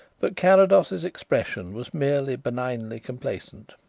but carrados's expression was merely benignly complacent.